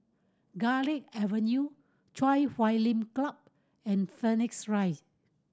Garlick Avenue Chui Huay Lim Club and Phoenix Rise